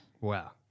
Wow